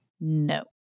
No